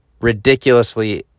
ridiculously